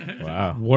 Wow